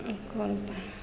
कोन